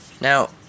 Now